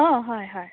অঁ হয় হয়